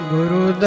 Guru